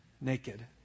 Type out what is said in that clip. naked